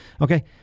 Okay